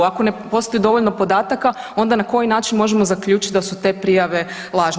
Ako ne postoji dovoljno podataka onda na koji način možemo zaključiti da su te prijave lažne?